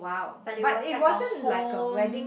but that was like a home